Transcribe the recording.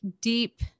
deep